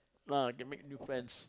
ah can make new friends